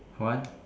what